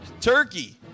turkey